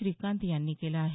श्रीकांत यांनी केलं आहे